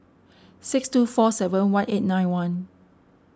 six two four seven one eight nine one